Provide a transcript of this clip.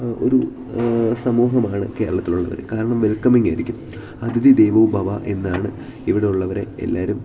ഒരു സമൂഹമാണ് കേരളത്തിലുള്ളവർ കാരണം വെൽക്കമിംഗ് ആയിരിക്കും അതിഥി ദേവോ ഭവ എന്നാണ് ഇവിടുള്ളവരെ എല്ലാവരും